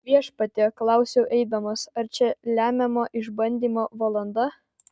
viešpatie klausiau eidamas ar čia lemiamo išbandymo valanda